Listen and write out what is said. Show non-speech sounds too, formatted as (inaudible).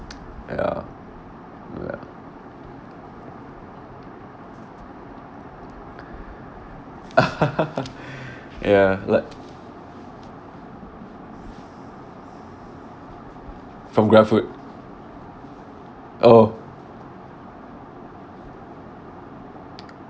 ya correct (laughs) ya li~ from GrabFood oh